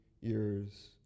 years